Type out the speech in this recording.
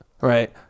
right